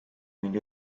ning